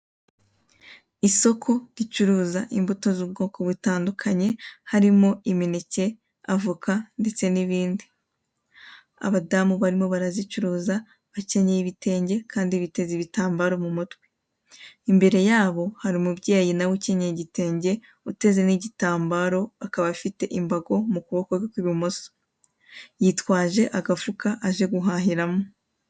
Isoko ricuruza imbuto z'ubwoko butandukanye, harimo imineke, avoka ndetse n'ibindi, abadamu barimo barazicuruza bakenyeye ibitenge kandi bateze ibitambaro mu mutwe, imbere yabo hari umubyeyi na we ukenyeye igitenge, uteze n'igitambaro, akaba afite imbago mu kuboko kwe kw'ibumoso, yitwaje agafuka aje guhahiramo.